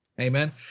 Amen